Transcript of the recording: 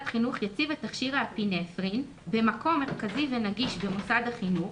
חינוך יציב את תכשיר האפינפרין במקום מרכזי ונגיש במוסד החינוך,